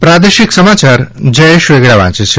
પ્રાદેશિક સમાચાર જયેશ વેગડા વાંચે છે